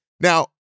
Now